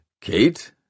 Kate